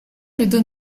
біду